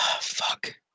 Fuck